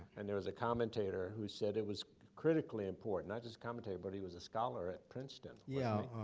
and there was a commentator who said it was critically important. not just commentator, but he was a scholar at princeton. yeah,